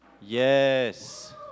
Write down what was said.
Yes